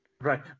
Right